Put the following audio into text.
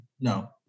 No